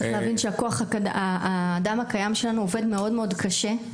צריך להבין שכוח האדם הקיים שלנו עובד מאוד מאוד קשה,